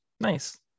nice